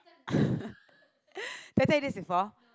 did I tell you this before